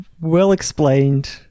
well-explained